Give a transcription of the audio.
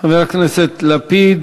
חבר הכנסת לפיד,